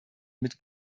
mit